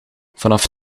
vanaf